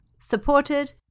supported